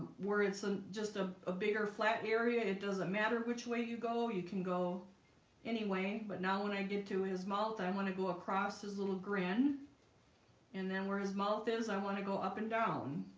where it's a and just ah a bigger flat area, it doesn't matter which way you go you can go anyway, but now when i get to his mouth, i want to go across his little grin and then where his mouth is i want to go up and down